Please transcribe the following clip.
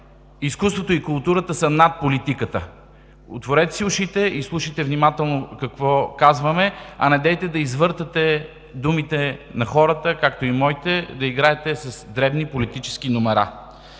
изкуството и културата са над политиката. Отворете си ушите и слушайте внимателно какво казваме, а недейте да извъртате думите на хората както и моите, да играете с дребни политически номера.